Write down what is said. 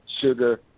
sugar